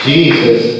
Jesus